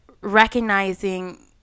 recognizing